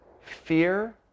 Fear